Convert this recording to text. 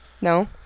No